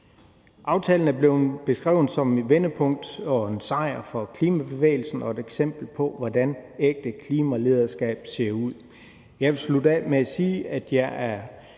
Aftalen er blevet beskrevet som et vendepunkt og en sejr for klimabevægelsen og et eksempel på, hvordan ægte klimalederskab ser ud. Jeg vil slutte af med at sige, at jeg er